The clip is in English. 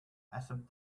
except